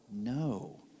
No